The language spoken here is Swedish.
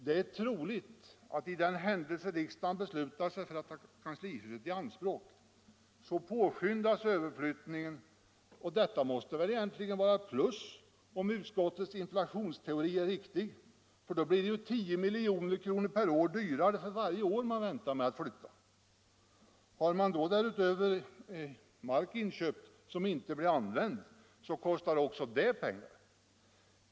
Det är troligt att i den händelse riksdagen beslutar sig för att ta kanslihuset i anspråk påskyndas överflyttningen, och detta måste väl egentligen vara ett plus om utskottets inflationsteori är riktig, för då blir det ju 10 milj.kr. dyrare för varje år man väntar med att flytta. Har man därutöver mark inköpt som inte blir använd, så kostar också det pengar.